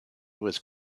was